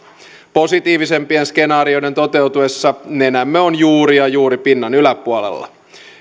positiivisempien skenaarioiden toteutuessa nenämme ovat juuri ja juuri pinnan yläpuolella